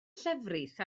llefrith